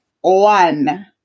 one